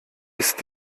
ist